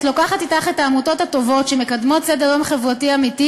את לוקחת אתך את העמותות הטובות שמקדמות סדר-יום חברתי אמיתי